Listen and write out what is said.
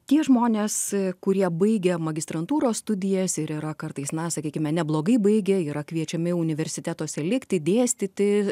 tie žmonės kurie baigia magistrantūros studijas ir yra kartais na sakykime neblogai baigia yra kviečiami universitetuose likti dėstyti